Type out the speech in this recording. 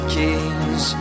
kings